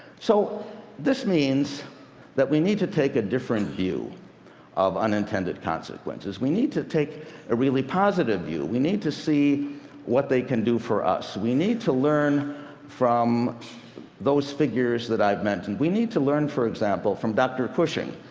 so this means that we need to take a different view of unintended consequences. we need to take a really positive view. we need to see what they can do for us. we need to learn from those figures that i mentioned. we need to learn, for example, from dr. cushing,